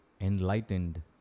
enlightened